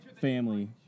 family